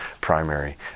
primary